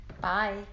Bye